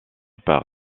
par